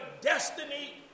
destiny